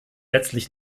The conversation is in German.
letztlich